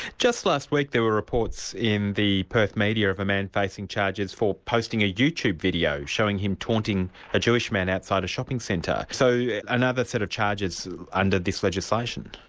just last week, there were reports in the perth media of a man facing charges for posting a youtube video, showing him taunting a jew man outside a shopping centre. so another sort of charge is under this legislation.